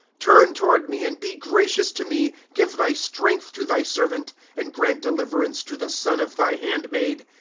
turn toward me, and be gracious to me give thy strength to thy servant. and grant deliverance to the son of thy handmaid.